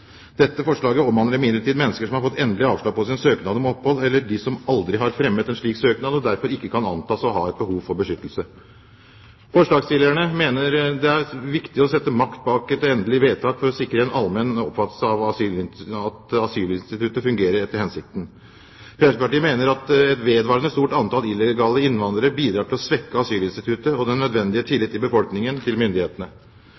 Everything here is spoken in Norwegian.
Dette forslaget omhandler imidlertid mennesker som har fått endelig avslag på sin søknad om opphold, eller de som aldri har fremmet en slik søknad, og derfor ikke kan antas å ha et behov for beskyttelse. Forslagsstillerne mener det er viktig å sette makt bak et endelig vedtak for å sikre en allmenn oppfatning av at asylinstituttet fungerer etter hensikten. Fremskrittspartiet mener at et vedvarende stort antall illegale innvandrere bidrar til å svekke asylinstituttet og den nødvendige